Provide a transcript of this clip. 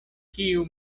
kiu